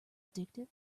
addictive